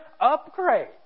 upgrade